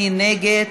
מי נגד?